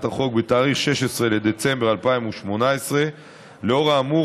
החוק בתאריך 16 בדצמבר 2018. לאור האמור,